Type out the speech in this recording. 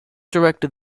directed